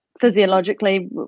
physiologically